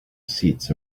seats